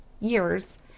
years